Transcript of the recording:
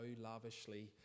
lavishly